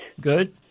Good